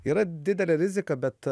yra didelė rizika bet